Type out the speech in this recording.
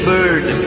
Bird